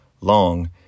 Long